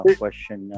question